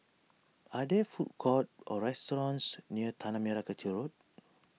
are there food courts or restaurants near Tanah Merah Kechil Road